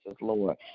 Lord